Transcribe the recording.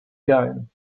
game